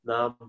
Nam